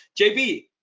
jb